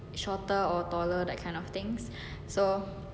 shorter or taller that kind of things so